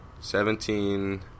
seventeen